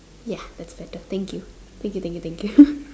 ya that's better thank you thank you thank you thank you